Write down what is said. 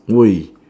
!oi!